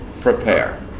prepare